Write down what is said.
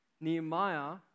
Nehemiah